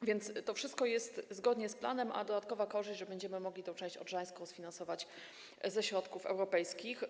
A więc to wszystko idzie zgodnie z planem, a dodatkowa korzyść jest taka, że będziemy mogli tę część odrzańską sfinansować ze środków europejskich.